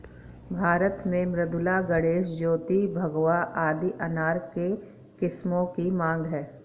भारत में मृदुला, गणेश, ज्योति, भगवा आदि अनार के किस्मों की मांग है